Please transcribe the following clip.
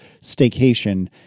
staycation